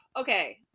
okay